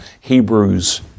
Hebrews